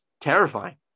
terrifying